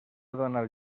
donar